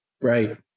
Right